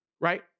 right